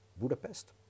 Budapest